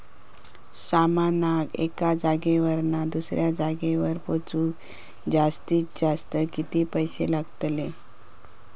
सामानाक एका जागेवरना दुसऱ्या जागेवर पोचवूक जास्तीत जास्त किती पैशे लागतले?